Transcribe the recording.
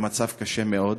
במצב קשה מאוד.